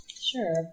Sure